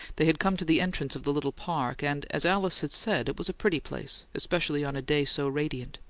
they had come to the entrance of the little park and, as alice had said, it was a pretty place, especially on a day so radiant.